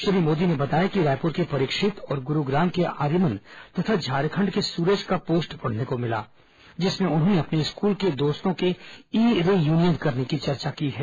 श्री मोदी ने बताया कि रायपुर के परीक्षित और गुरूग्राम के आर्यमन तथा झारखंड के सूरज का पोस्ट पढ़ने को मिला जिसमें उन्होंने अपने स्कूल के दोस्तों के ई रीयूनियन करने की चर्चा की है